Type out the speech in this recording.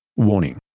Warning